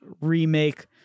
remake